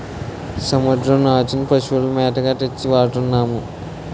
సముద్రం నాచుని పశువుల మేతగా తెచ్చి వాడతన్నాము